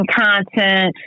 content